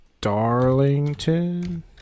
Darlington